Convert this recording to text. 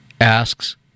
asks